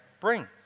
bring